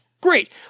Great